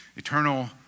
Eternal